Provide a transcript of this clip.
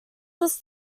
list